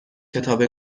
کتاب